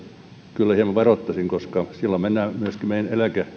kyllä hieman varoittaisin koska silloin mennään myöskin meidän